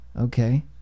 Okay